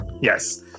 Yes